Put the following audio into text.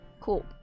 Cool